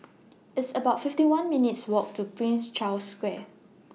It's about fifty one minutes' Walk to Prince Charles Square